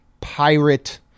pirate